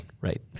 Right